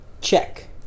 check